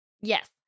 Yes